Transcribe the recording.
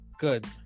good